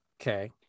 okay